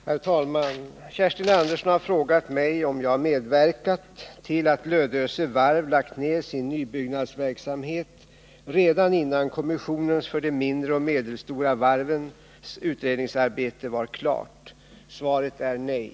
Herr talman! Kerstin Andersson i Hjärtum har frågat mig om jag medverkat till att Lödöse Varf lagt ned sin nybyggnadsverksamhet redan innan kommissionens för de mindre och medelstora varven utredningsarbete var klart. Svaret är nej.